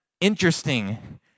interesting